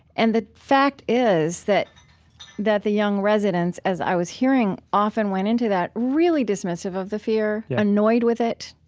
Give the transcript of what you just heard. and the fact is that that the young residents, residents, as i was hearing, often went into that really dismissive of the fear, annoyed with it,